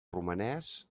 romanès